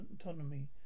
autonomy